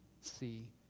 see